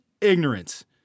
ignorance